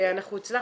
ואנחנו הצלחנו,